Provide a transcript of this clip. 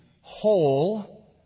whole